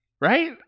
Right